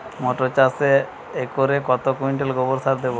মটর চাষে একরে কত কুইন্টাল গোবরসার দেবো?